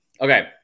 Okay